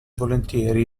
volentieri